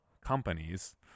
companies